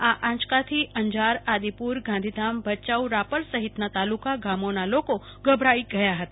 આ આંચકાથી અંજાર આદિપુર ગાંધીધામ ભચાઉ રાપર સહિતના તાલુકા ગામોના લોકોમાં ગભરાટ ફેલાયો હતો